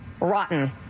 Rotten